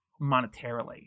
monetarily